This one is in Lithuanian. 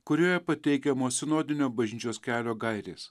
kurioje pateikiamos sinodinio bažnyčios kelio gairės